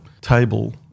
table